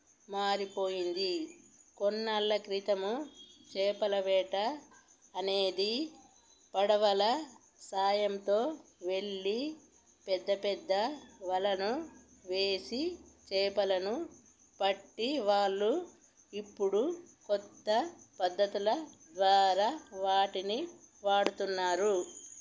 మారిపోయింది కొన్నాళ్ళ క్రితము చేపల వేట అనేది పడవల సాయంతో వెళ్ళి పెద్ద పెద్ద వలను వేసి చేపలను పట్టి వాళ్ళు ఇప్పుడు కొత్త పద్ధతుల ద్వారా వాటిని వాడుతున్నారు